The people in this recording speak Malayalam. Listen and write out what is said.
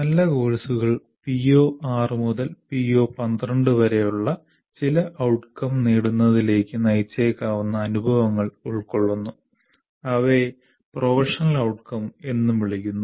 നല്ല കോഴ്സുകൾ PO6 മുതൽ PO12 വരെയുള്ള ചില ഔട്ട്കം നേടുന്നതിലേക്ക് നയിച്ചേക്കാവുന്ന അനുഭവങ്ങൾ ഉൾക്കൊള്ളുന്നു അവയെ പ്രൊഫഷണൽ ഔട്ട്കം എന്നും വിളിക്കുന്നു